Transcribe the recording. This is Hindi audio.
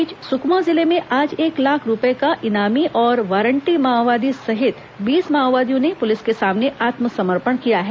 इस बीच सुकमा जिले में आज एक लाख रूपए का इनामी और वारंटी माओवादी सहित बीस माओवादियों ने पुलिस के सामने आत्मसमर्पण किया है